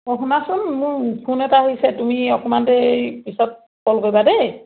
অঁ শুনাচোন মোৰ ফোন এটা আহিছে তুমি অকণমান দেৰি পিছত কল কৰিবা দেই